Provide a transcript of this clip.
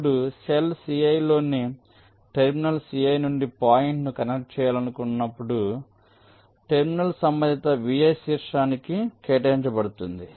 ఇప్పుడు cell ci లోని terminal ci నుండి పాయింట్ను కనెక్ట్ చేయాలనుకుంటునప్పుడు టెర్మినల్ సంబంధిత vi శీర్షానికి కేటాయించబడుతుంది